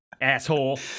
asshole